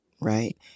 Right